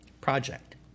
project